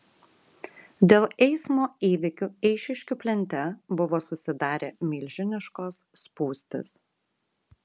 dėl eismo įvykio eišiškių plente buvo susidarę milžiniškos spūstys